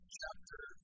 chapter